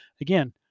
Again